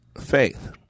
Faith